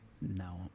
no